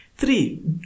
Three